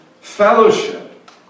fellowship